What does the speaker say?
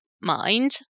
mind